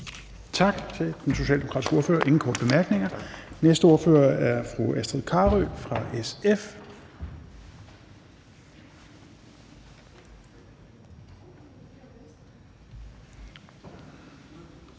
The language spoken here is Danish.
Tak til den socialdemokratiske ordfører. Der er ingen korte bemærkninger. Den næste ordfører er fru Astrid Carøe fra SF.